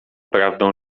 prawdą